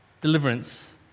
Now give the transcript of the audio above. deliverance